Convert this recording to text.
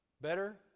Better